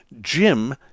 Jim